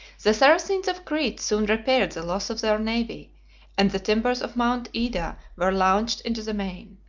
the saracens of crete soon repaired the loss of their navy and the timbers of mount ida were launched into the main.